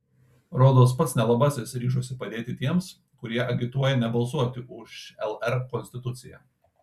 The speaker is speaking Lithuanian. rodos pats nelabasis ryžosi padėti tiems kurie agituoja nebalsuoti už lr konstituciją